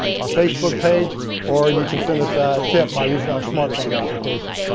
our facebook page or you can sent us a tip by using our smartphone application.